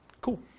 Cool